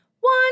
one